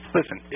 Listen